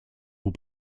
will